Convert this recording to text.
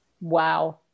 Wow